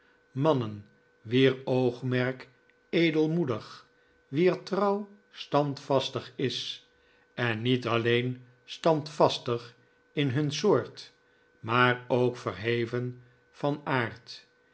mannen wier oogmerk edelmoedig wier trouw standvastig is en niet alleen standvastig in hun soort maar ook verheven van aard